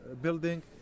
building